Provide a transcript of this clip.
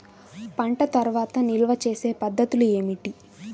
పంట తర్వాత నిల్వ చేసే పద్ధతులు ఏమిటి?